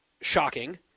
shocking